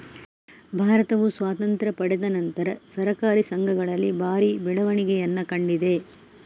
ಭಾರತವು ಸ್ವಾತಂತ್ರ್ಯ ಪಡೆದ ನಂತರ ಸಹಕಾರಿ ಸಂಘಗಳಲ್ಲಿ ಭಾರಿ ಬೆಳವಣಿಗೆಯನ್ನ ಕಂಡಿದೆ